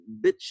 bitch